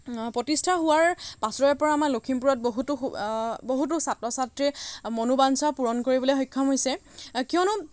প্ৰতিষ্ঠা হোৱাৰ পাছৰে পৰা আমাৰ লখিমপুৰত বহুতো বহুতো ছাত্ৰ ছাত্ৰীৰ মনোবাঞ্ছা পূৰণ কৰিবলৈ সক্ষম হৈছে কিয়নো